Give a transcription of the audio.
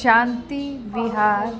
Shanti Vihar